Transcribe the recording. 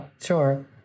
sure